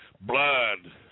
blood